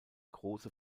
große